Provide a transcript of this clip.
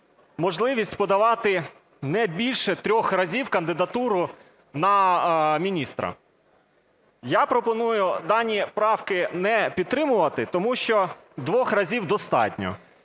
можливість подавати не більше трьох разів кандидатуру на міністра. Я пропоную дані правки не підтримувати, тому що двох разів достатньо.